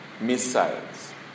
missiles